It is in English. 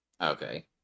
Okay